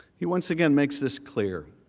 he once again makes this clear.